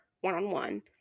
one-on-one